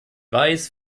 weiß